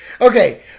Okay